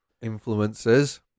influences